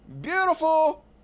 beautiful